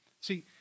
See